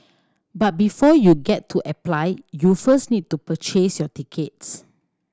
but before you get to apply you first need to purchase your tickets